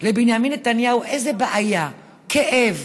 לבנימין נתניהו איזו בעיה, כאב,